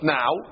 now